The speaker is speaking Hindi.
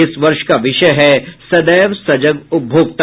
इस वर्ष का विषय है सदैव सजग उपभोक्ता